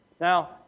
Now